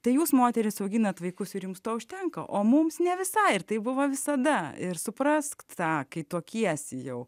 tai jūs moterys auginat vaikus ir jums to užtenka o mums ne visai ir tai buvo visada ir suprask tą kai tuokiesi jau